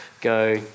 go